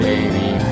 Baby